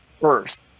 first